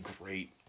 great